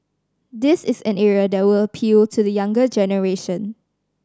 this is an area that would appeal to the younger generation